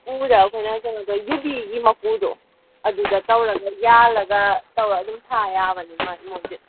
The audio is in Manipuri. ꯎꯗ ꯑꯩꯈꯣꯏꯅ ꯀꯩꯅꯣꯗꯣ ꯌꯨꯕꯤꯒꯤ ꯃꯀꯨꯗꯣ ꯑꯗꯨꯗ ꯇꯧꯔꯒ ꯌꯥꯜꯂꯒ ꯇꯧꯔ ꯑꯗꯨꯝ ꯊꯥ ꯌꯥꯕꯅꯤ ꯃꯣꯏꯗꯤ